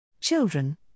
Children